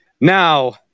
Now